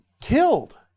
killed